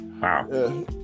wow